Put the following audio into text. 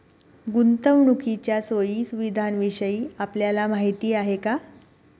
गुंतवणुकीच्या सोयी सुविधांविषयी आपल्याला माहिती आहे का?